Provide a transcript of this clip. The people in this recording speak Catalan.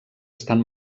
estan